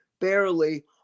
barely